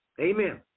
Amen